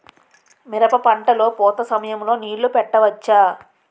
మిరప పంట లొ పూత సమయం లొ నీళ్ళు పెట్టవచ్చా?